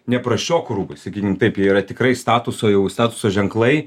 ne prasčioko rūbai sakykim taip jie yra tikrai statuso jau statuso ženklai